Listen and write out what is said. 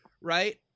right